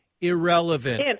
irrelevant